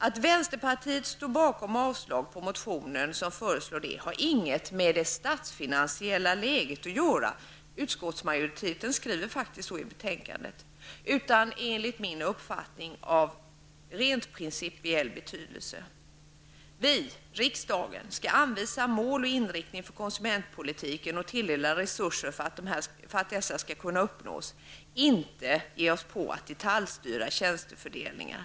Att vänsterpartiet står bakom avstyrkandet av den motion där detta föreslås har ingenting med det statsfinansiella läget att göra -- utskottsmajoriteten skriver faktiskt så i betänkandet. Saken är enligt min mening av rent principiell betydelse. Vi, riksdagen, skall anvisa mål och inriktning för konsumentpolitiken och tilldela resurser för att målen skall kunna uppnås, inte detaljstyra tjänstefördelningar.